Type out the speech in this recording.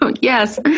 Yes